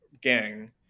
gang